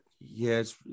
Yes